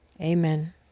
Amen